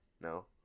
No